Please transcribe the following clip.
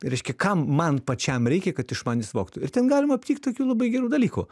reiškia kam man pačiam reikia kad iš manęs vogtų ir ten galima aptikt tokių labai gerų dalykų